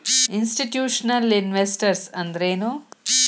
Institutional investors ಅಂದ್ರೇನು?